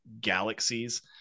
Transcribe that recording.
galaxies